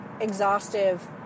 exhaustive